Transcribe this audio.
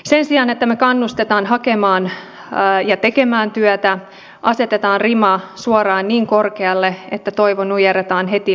sen sijaan että me kannustamme hakemaan ja tekemään työtä asetamme riman suoraan niin korkealle että toivo nujerretaan heti alussa